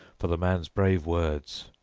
for the man's brave words.